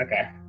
Okay